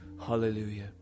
Hallelujah